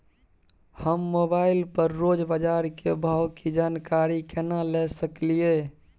हम मोबाइल पर रोज बाजार के भाव की जानकारी केना ले सकलियै?